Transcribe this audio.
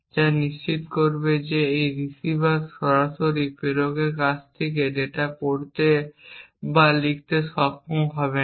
যা নিশ্চিত করবে যে এই রিসিভার সরাসরি প্রেরকের কাছ থেকে ডেটা পড়তে বা লিখতে সক্ষম হবে না